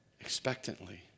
expectantly